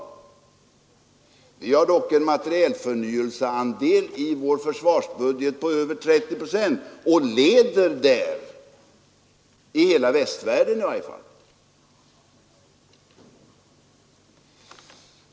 Vi har dock en materielförnyelseandel i vår försvarsbudget på över 30 procent och leder där i hela västvärlden i varje fall.